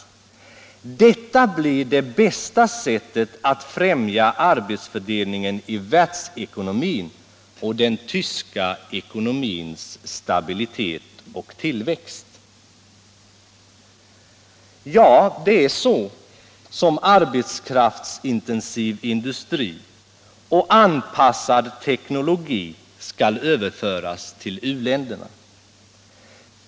Detta blir det bästa sättet att främja arbetsfördelningen i världsekonomin och den tyska ekonomins stabilitet och tillväxt.” Ja, det är så som arbetskraftsintensiv industri och anpassad teknologi skall överföras till u-länderna.